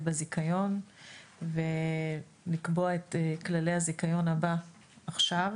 בזיכיון ולקבוע את כללי הזיכיון הבא עכשיו